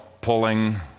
pulling